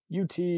UT